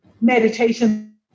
meditation